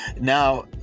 now